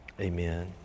Amen